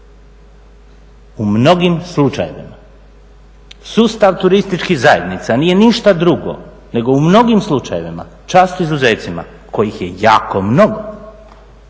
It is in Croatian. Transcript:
U mnogim slučajevima sustav turističkih zajednica nije ništa drugo nego u mnogim slučajevima čast izuzecima kojih je jako mnogo